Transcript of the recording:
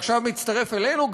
שעכשיו מצטרף אלינו,